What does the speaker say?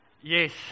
yes